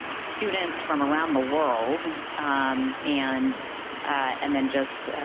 students from around the world um and and then just,